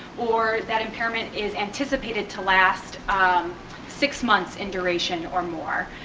or that impairment is anticipated to last um six months in duration or more.